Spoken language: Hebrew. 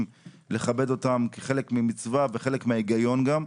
לכבד אותם כחלק ממצווה וחלק מההיגיון גם.